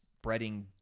spreading